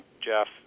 Jeff